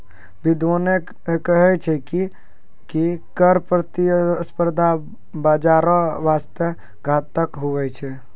बिद्यबाने कही छै की कर प्रतिस्पर्धा बाजारो बासते घातक हुवै छै